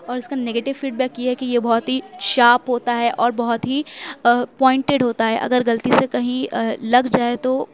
اور اِس کا نیگیٹو فیڈ بیک یہ ہے کہ یہ بہت ہی شارپ ہوتا ہے اور بہت ہی پوائنٹڈ ہوتا ہے اگر غلطی سے کہیں لگ جائے تو